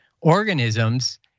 organisms